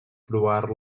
provar